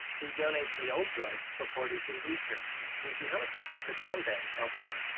he donates the old blood for porteus's research, which he hopes could someday help him.